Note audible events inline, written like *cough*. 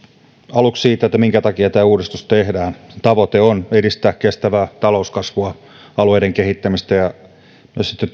aluksi siitä minkä takia tämä uudistus tehdään sen tavoite on edistää kestävää talouskasvua alueiden kehittämistä ja myös sitten *unintelligible*